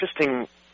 interesting